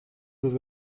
los